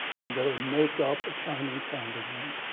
and they would make up a chinese sounding name.